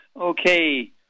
Okay